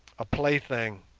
a plaything,